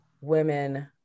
women